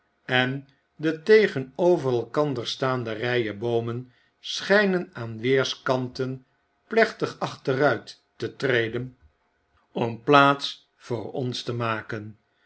en de tegenover elkander staande ryen boomen schynen aan weerskanten plechtig achteruit te treden om plaats voor ons te maken